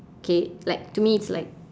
okay like to me it's like